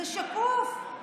זה שקוף.